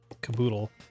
caboodle